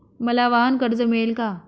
मला वाहनकर्ज मिळेल का?